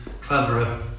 cleverer